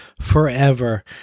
forever